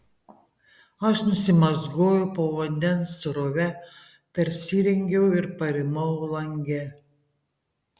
aš nusimazgojau po vandens srove persirengiau ir parimau lange